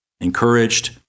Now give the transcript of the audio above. encouraged